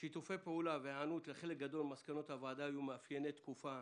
שיתופי פעולה וההיענות לחלק גדול ממסקנות הוועדה היו מאפייני תקופה